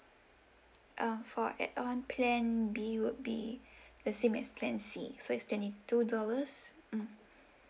uh for add on plan B would be the same as plan C so it's twenty two dollars mm